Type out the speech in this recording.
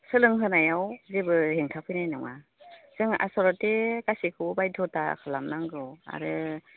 सोलों होनायाव जेबो हेंथा फैनाय नङा जों आस'ल'थे गासैखौबो बायदथा खालामनांगौ आरो